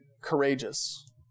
courageous